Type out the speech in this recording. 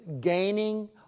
gaining